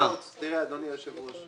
אדוני היושב ראש,